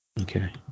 Okay